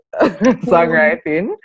songwriting